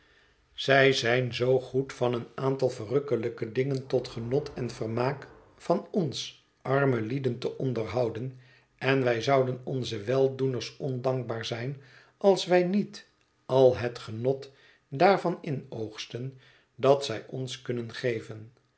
zij zijn zoo goed van een aantal verrukkelijke dingen tot genot en vermaak van ons arme lieden te onderhouden en wij zouden onzen weldoeners ondankbaar zijn als wij niet al het genot daarvan inoogstten dat zij ons kunnen geven